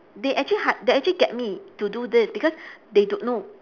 they actually ha~ they actually get me to do this because they don't know